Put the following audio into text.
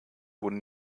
wurden